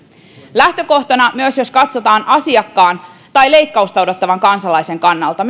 lähtökohtana minusta on myös perusteltua jos katsotaan asiakkaan tai leikkausta odottavan kansalaisen kannalta